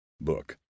book